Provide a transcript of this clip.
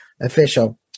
official